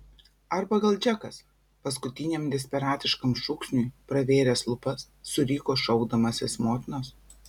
arba gal džekas paskutiniam desperatiškam šūksniui pravėręs lūpas suriko šaukdamasis motinos